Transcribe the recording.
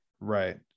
right